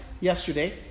yesterday